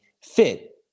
fit